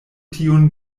tiun